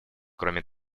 кроме